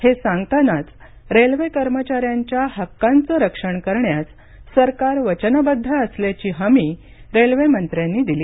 हे सांगतानाच रेल्वे कर्मचाऱ्यांच्या हक्कांचं रक्षण करण्यास सरकार वचनबद्ध असल्याची हमी रेल्वेमंत्र्यांनी दिली